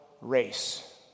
race